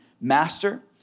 Master